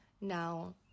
Now